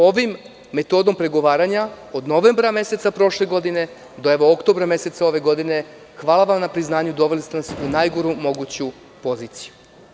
Ovim metodom pregovaranja od novembra meseca prošle godine do oktobra meseca ove godine, hvala vam na priznanju, doveli ste nas u najgoru moguću poziciju.